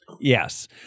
Yes